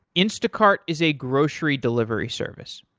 instacart is a grocery delivery service.